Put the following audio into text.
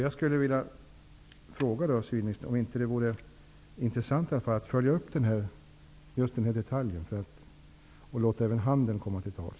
Jag skulle vilja fråga civilministern om det inte vore intressant att följa upp denna detalj, och även låta handeln komma till tals.